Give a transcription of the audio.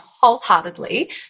wholeheartedly